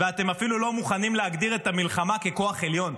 ואתם אפילו לא מוכנים להגדיר את המלחמה ככוח עליון.